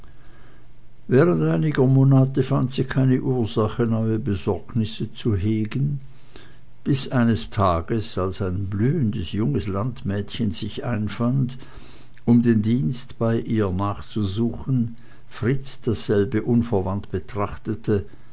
während einiger monate fand sie keine ursache neue besorgnisse zu hegen bis eines tages als ein blühendes junges landmädchen sich einfand um den dienst bei ihr nachzusuchen fritz dasselbe unverwandt betrachtete